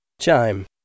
Chime